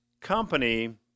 company